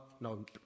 no